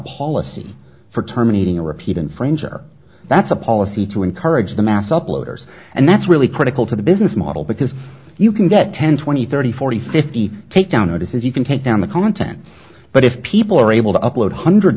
policy for terminating a repeat infringer that's a policy to encourage the mass upload hours and that's really critical to the business model because you can get ten twenty thirty forty fifty takedown notices you can take down the content but if people are able to upload hundreds